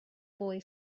boy